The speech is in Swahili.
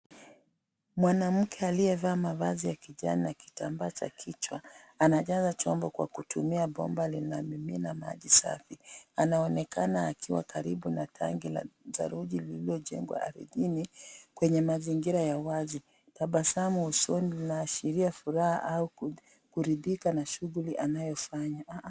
Mwanamke aliyevaa mavazi ya kijani na kitambaa cha kichwa anajaza chombo kwa kutumia bomba linalomimina maji safi . Anaonekana akiwa karibu na tanki la saruji lililojengwa ardhini kwenye mazingira ya wazi . Tabasamu usoni inaashiria furaha au kuridhika na shughuli anayofanya .